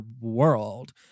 world